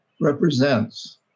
represents